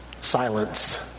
silence